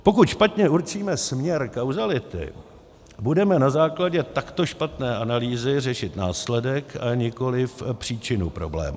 Pokud špatně určíme směr kauzality, budeme na základě takto špatné analýzy řešit následek, a nikoliv příčinu problému.